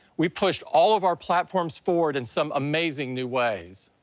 we pushed all of our platforms forward in some amazing new ways.